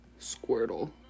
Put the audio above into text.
Squirtle